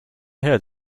heard